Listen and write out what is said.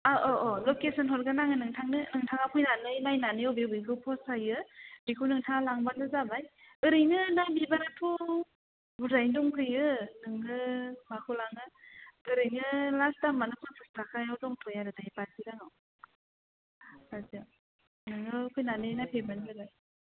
अ अ औ लकेसन हरगोन आङो नोंथांनो नोंथाङा फैनानै नायनानै बबे बबेखौ फसायो बेखौ नोंथाङा लांबानो जाबाय ओरैनो दा बिबाराथ' बुरजायैनो दंखायो नोङो माखौ लाङो ओरैनो लास्ट दामआनो पन्सास ताकायाव दंथ'यो आरो दायो बाजि रांआव आस्सा नोङो फैनानै नायफैबानो जाबाय